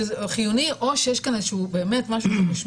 שזה חיוני או שיש כאן משהו שהוא באמת משמעותי